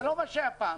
זה לא מה שהיה פעם,